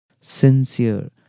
sincere